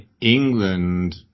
england